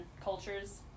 cultures